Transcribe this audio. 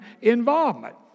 involvement